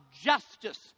justice